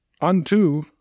unto